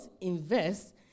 Invest